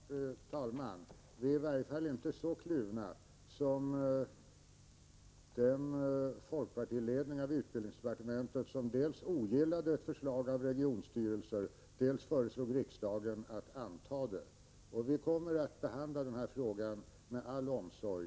Fru talman! Vi socialdemokrater är i alla fall inte så kluvna som den folkpartiledning av utbildningsdepartementet var som dels ogillade ett förslag när det gäller regionstyrelser, dels föreslog riksdagen att anta detsamma. Vi kommer att behandla den här frågan med all omsorg.